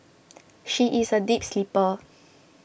she is a deep sleeper